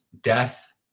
death